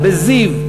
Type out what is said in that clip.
בנהרייה,